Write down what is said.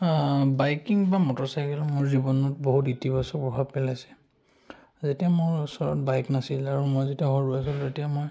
biking বা মটৰচাইকেলৰ মোৰ জীৱনত বহুত ইতিবাচক প্ৰভাৱ পেলাইছে যেতিয়া মোৰ ওচৰত বাইক নাছিল আৰু মই যেতিয়া সৰু আছিলোঁ তেতিয়া মই